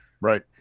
Right